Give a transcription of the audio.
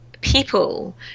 people